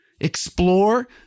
explore